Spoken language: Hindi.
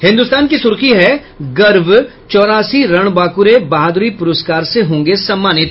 हिन्दुस्तान की सुर्खी है गर्वः चौरासी रणबांकुरे बहादुरी पुरस्कार से होंगे सम्मानित